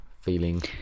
feeling